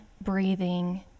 breathing